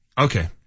Okay